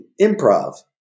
improv